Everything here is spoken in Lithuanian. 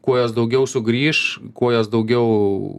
kuo jos daugiau sugrįš į kuo jos daugiau